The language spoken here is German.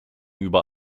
über